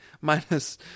minus